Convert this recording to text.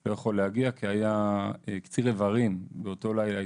לא יכול להגיע, כי היה קציר איברים באותו לילה.